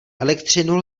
elektřinu